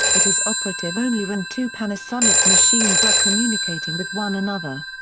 but is operative only when two panasonic machines are communicating with one another.